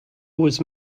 was